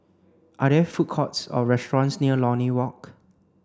are there food courts or restaurants near Lornie Walk